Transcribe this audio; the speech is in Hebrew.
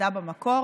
הפרדה במקור